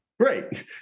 Great